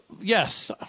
Yes